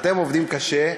אתם עובדים קשה,